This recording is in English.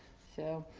so,